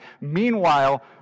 Meanwhile